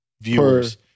viewers